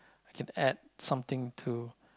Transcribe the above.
I can add something to